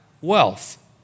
wealth